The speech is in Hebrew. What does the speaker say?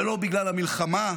זה לא בגלל המלחמה,